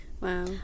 Wow